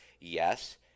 Yes